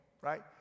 right